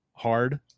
hard